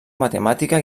matemàtica